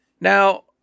Now